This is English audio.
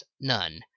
None